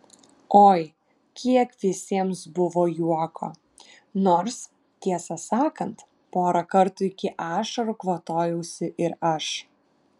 oi kiek visiems buvo juoko nors tiesą sakant porą kartų iki ašarų kvatojausi ir aš